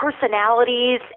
personalities